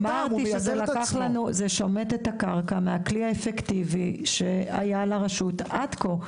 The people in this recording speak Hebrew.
אמרתי שזה שומט את הקרקע מהכלי האפקטיבי שהיה לרשות עד כה.